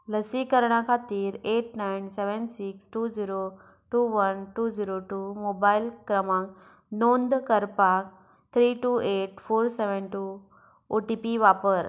लसीकरणा खातीर eight nine seven six two zero two one two zero two mobile क्रमांक नोंद करपाक three two eight four seven two O T P वापर